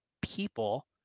people